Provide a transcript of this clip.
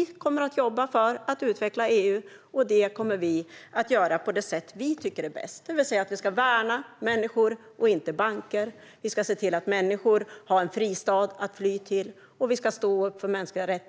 Vi kommer att jobba för att utveckla EU, och det kommer vi att göra på det sätt som vi tycker är bäst, det vill säga att vi ska värna människor och inte banker, vi ska se till att människor har en fristad att fly till och vi ska stå upp för mänskliga